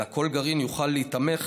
אלא כל גרעין יוכל להיתמך